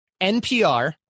NPR